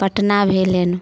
पटना भेलनि